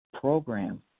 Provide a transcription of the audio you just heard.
program